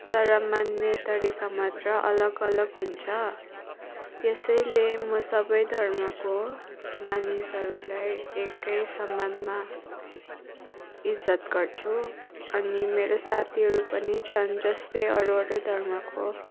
तर मान्ने तरिका मात्र अलग अलग हुन्छ यसैले म सबै धर्मको मानिसहरूलाई एकै समानमा इज्जत गर्छु अनि मेरो साथीहरू पनि छन् जस्तै अरू अरू धर्मको